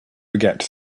forget